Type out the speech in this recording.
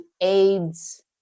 AIDS